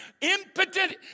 impotent